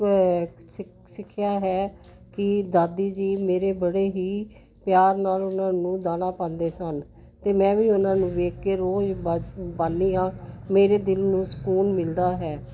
ਕ ਸਿੱਖ ਸਿੱਖਿਆ ਹੈ ਕਿ ਦਾਦੀ ਜੀ ਮੇਰੇ ਬੜੇ ਹੀ ਪਿਆਰ ਨਾਲ ਉਹਨਾਂ ਨੂੰ ਦਾਣਾ ਪਾਉਂਦੇ ਸਨ ਅਤੇ ਮੈਂ ਵੀ ਉਹਨਾਂ ਨੂੰ ਵੇਖ ਕੇ ਰੋਜ਼ ਬਾਜ ਪਾਉਂਦੀ ਹਾਂ ਮੇਰੇ ਦਿਲ ਨੂੰ ਸਕੂਨ ਮਿਲਦਾ ਹੈ